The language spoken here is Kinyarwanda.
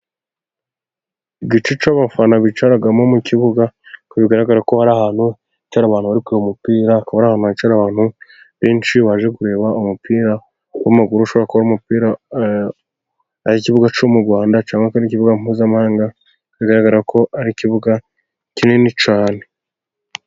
Igice cyo abafana bicaramo mu kibuga, nkuko bigaragara ko ari ahantu hicara abantu bari kureba umupira, hakaba ari ahantu hicara abantu benshi baje kureba umupira w'amaguru, ushobora kuba umupira ku kibuga cyo mu Rwanda cyangwa mu kibuga mpuzamahanga, bigaragara ko ari ikibuga kinini cyane.